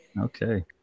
okay